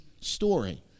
story